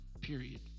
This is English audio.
Period